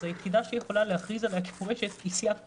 אז היחידה שיכולה להכריז עליה כפורשת היא סיעת כולנו.